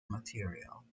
material